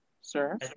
Sir